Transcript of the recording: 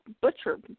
butcher